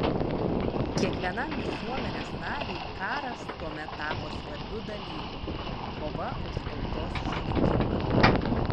kiekvienam visuomenės nariui karas tuomet tapo svarbiu dalyku kova už tautos išlikimą